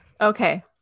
Okay